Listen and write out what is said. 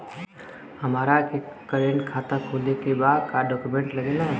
हमारा के करेंट खाता खोले के बा का डॉक्यूमेंट लागेला?